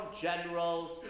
generals